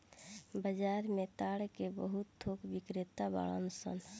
बाजार में ताड़ के बहुत थोक बिक्रेता बाड़न सन